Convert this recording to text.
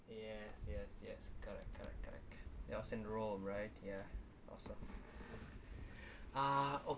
yes yes yes correct correct correct it was in rome right ya awesome ah